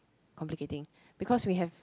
complicating because we have